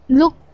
look